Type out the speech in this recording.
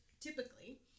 typically